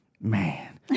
Man